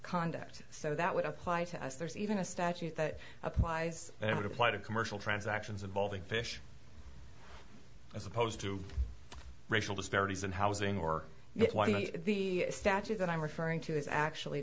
conduct so that would apply to us there's even a statute that applies and it would apply to commercial transactions involving fish as opposed to racial disparities in housing or the statute that i'm referring to is actually